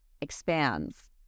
expands